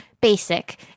basic